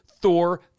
Thor